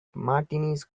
martinis